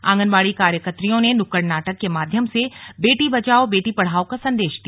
आंगनबाड़ी कार्यकत्रियों ने नुक्कड़ नाटक के माध्यम से बेटी बचाओं बेटी पढ़ाओं का संदेश दिया